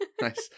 Nice